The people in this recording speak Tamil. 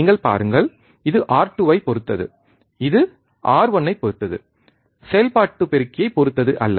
நீங்கள் பாருங்கள் இது R2 ஐப் பொறுத்தது இது R1 ஐப் பொறுத்தது செயல்பாட்டு பெருக்கியைப் பொறுத்தது அல்ல